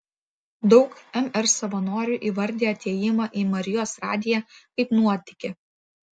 daug mr savanorių įvardija atėjimą į marijos radiją kaip nuotykį